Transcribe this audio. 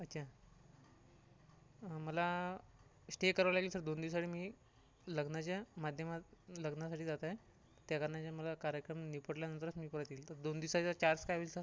अच्छा मला स्टे करावा लागेल सर दोन दिवसासाठी मी लग्नाच्या माध्यमात लग्नासाठी जात आहे त्याकारणाने मला कार्यक्रम निपटल्यानंतरच मी परत येईल तर दोन दिवसाचा चार्ज काय होईल सर